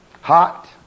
Hot